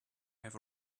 have